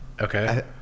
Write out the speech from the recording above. Okay